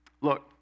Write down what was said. Look